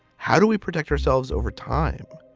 how do we protect ourselves over time?